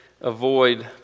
Avoid